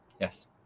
Yes